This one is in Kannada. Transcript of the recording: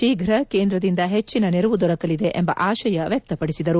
ತೀಪು ಕೇಂದ್ರದಿಂದ ಹೆಚ್ಚಿನ ನೆರವು ದೊರಕಲಿದೆ ಎಂಬ ಆಶಯ ವ್ಯಕ್ತಪಡಿಸಿದರು